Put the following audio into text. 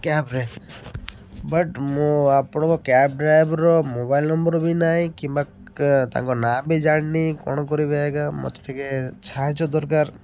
କ୍ୟାବ୍ରେ ବଟ୍ ମୁଁ ଆପଣଙ୍କ କ୍ୟାବ୍ ଡ୍ରାଇଭର୍ର ମୋବାଇଲ୍ ନମ୍ବର୍ ବି ନାହିଁ କିମ୍ବା ତାଙ୍କ ନାଁ ବି ଜାଣିନି କ'ଣ କରିବି ଆଜ୍ଞା ମୋତେ ଟିକିଏ ସାହାଯ୍ୟ ଦରକାର